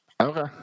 Okay